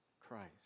Christ